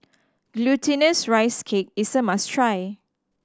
Glutinous Rice Cake is a must try